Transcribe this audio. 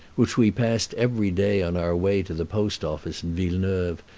which we passed every day on our way to the post-office in villeneuve,